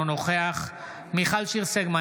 אינו נוכח מיכל שיר סגמן,